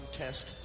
test